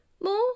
more